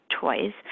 toys